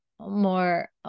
more